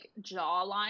jawline